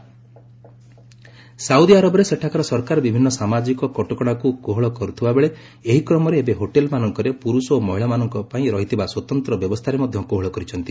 Saudi Saudi ଆରବରେ ସେଠାକାର ସରକାର ବିଭିନ୍ନ ସାମାଜିକ କଟକଣାକୁ କୋହଳ କରୁଥିବାବେଳେ ଏହି କ୍ରମରେ ଏବେ ହୋଟେଲ ମାନଙ୍କରେ ପୁରୁଷ ଓ ମହିଳାଙ୍କ ପାଇଁ ରହିଥିବା ସ୍ୱତନ୍ତ୍ର ବ୍ୟବସ୍ଥାରେ ମଧ୍ୟ କୋହଳ କରିଛନ୍ତି